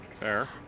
Fair